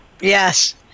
Yes